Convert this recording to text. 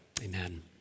amen